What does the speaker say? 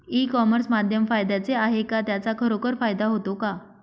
E commerce माध्यम फायद्याचे आहे का? त्याचा खरोखर फायदा होतो का?